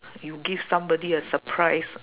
you give somebody a surprise